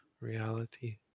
reality